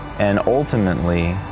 and ultimately,